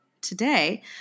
today